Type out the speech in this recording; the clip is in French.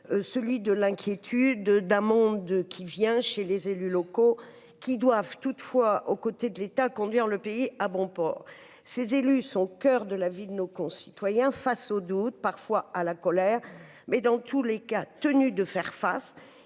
celui de l'inquiétude d'un monde qui vient chez les élus locaux qui doivent toutefois aux côtés de l'État, conduire le pays à bon port, ces élus sont au coeur de la ville de nos concitoyens face au doute, parfois à la colère, mais dans tous les cas, tenus de faire face